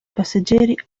passeggeri